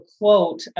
quote